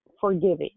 forgiving